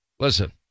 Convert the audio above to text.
Listen